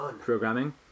programming